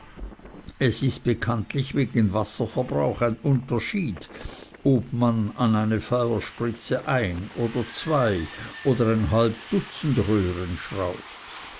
es ist bekanntlich wegen wasserverbrauch ein unterschied ob man an eine feuerspritze ein oder zwei oder ein halb dutzend röhren schraubt